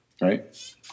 right